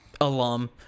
alum